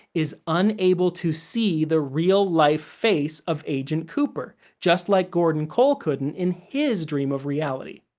is unable to see the real-life face of agent cooper, just like gordon cole couldn't in his dream of reality.